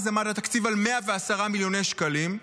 אז עמד התקציב על 110 מיליוני שקלים,